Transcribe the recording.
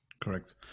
Correct